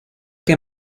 que